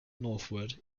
northwood